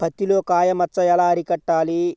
పత్తిలో కాయ మచ్చ ఎలా అరికట్టాలి?